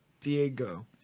Diego